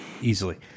Easily